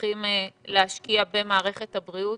צריכים להשקיע במערכת הבריאות.